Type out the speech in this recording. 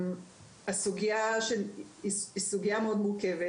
הסוגייה היא מאוד מורכבת.